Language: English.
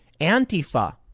Antifa